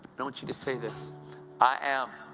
i want you to say this i am